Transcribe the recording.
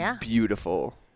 beautiful